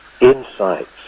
insights